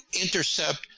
intercept